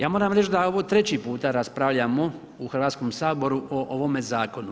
Ja moramo reći da ovo 3. puta raspravljamo u Hrvatskom saboru o ovome Zakonu.